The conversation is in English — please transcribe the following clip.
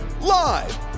Live